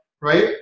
right